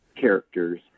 characters